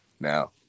now